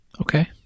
Okay